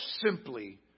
simply